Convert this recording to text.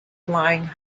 flying